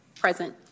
present